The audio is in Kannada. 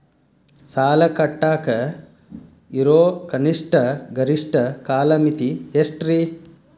ಸಾಲ ಕಟ್ಟಾಕ ಇರೋ ಕನಿಷ್ಟ, ಗರಿಷ್ಠ ಕಾಲಮಿತಿ ಎಷ್ಟ್ರಿ?